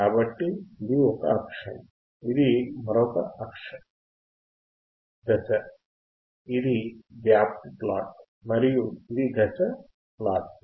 కాబట్టి ఇది ఒక అక్షం ఇది మరొక అక్షం దశ ఇది వ్యాప్తి ప్లాట్ మరియు ఇది దశ ప్లాట్లు